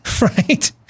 right